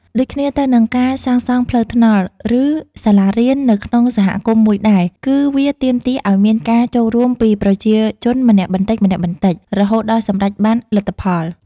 ដូចគ្នាទៅនឹង ការសាងសង់ផ្លូវថ្នល់ ឬសាលារៀននៅក្នុងសហគមន៍មួយដែរ គឺវា ទាមទារឱ្យមានការចូលរួមពីប្រជាជនម្នាក់បន្តិចៗ រហូតដល់សម្រេចបានលទ្ធផល។